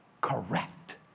correct